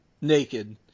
naked